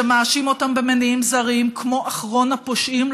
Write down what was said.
שמאשים אותה במניעים זרים כמו אחרון הפושעים,